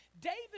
David